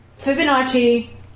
Fibonacci